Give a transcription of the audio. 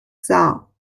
saar